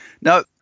Now